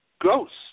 ghosts